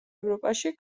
ევროპაში